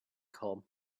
come